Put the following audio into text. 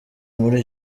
muri